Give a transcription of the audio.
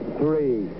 three